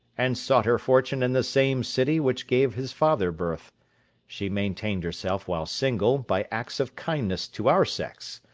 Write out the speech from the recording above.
and sought her fortune in the same city which gave his father birth she maintained herself while single by acts of kindness to our sex,